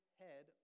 head